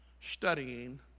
studying